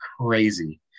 crazy